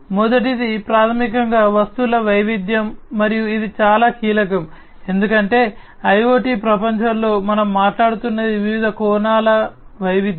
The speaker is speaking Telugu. మొదటిది ప్రాథమికంగా వస్తువుల వైవిధ్యం మరియు ఇది చాలా కీలకం ఎందుకంటే IoT ప్రపంచంలో మనం మాట్లాడుతున్నది వివిధ కోణాల వైవిధ్యం